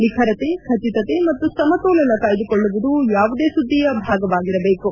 ನಿಖರತೆ ಖಚಿತತೆ ಮತ್ತು ಸಮತೋಲನ ಕಾಯ್ದುಕೊಳ್ಳುವುದು ಯಾವುದೇ ಸುದ್ದಿಯ ಭಾಗವಾಗಿರಬೇಕು